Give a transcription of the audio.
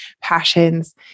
passions